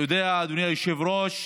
אדוני היושב-ראש,